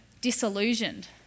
disillusioned